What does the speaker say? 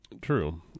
True